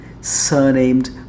surnamed